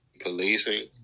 policing